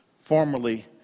formerly